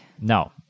No